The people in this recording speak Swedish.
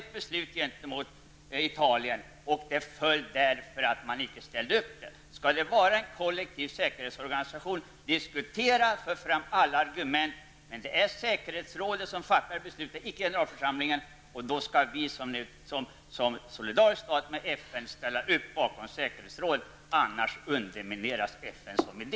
Ett beslut fattades mot Italien, och beslutet föll därför att alla inte ställde upp. FN skall vara en kollektiv säkerhetsorganisation. Det innebär att man skall diskutera och föra fram alla argument. Men det är säkerhetsrådet som fattar besluten, icke generalförsamlingen. Då skall vi solidariskt med FN ställa upp bakom säkerhetsrådet, annars undermineras FN som idé.